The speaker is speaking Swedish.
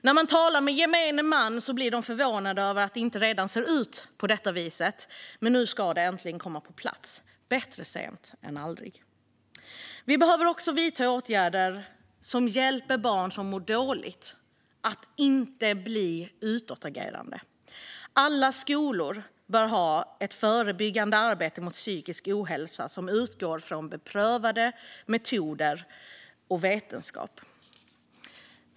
När man talar med gemene man blir de förvånade över att det inte redan ser ut på detta vis, men nu ska det äntligen komma på plats. Bättre sent än aldrig! Vi behöver även vidta åtgärder som hjälper barn som mår dåligt att inte bli utåtagerande. Alla skolor bör ha ett förebyggande arbete mot psykisk ohälsa som utgår från beprövade metoder och vetenskap.